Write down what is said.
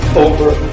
over